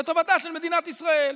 לטובתה של מדינת ישראל.